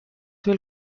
veel